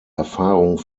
erfahrung